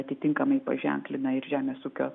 atitinkamai paženklina ir žemės ūkio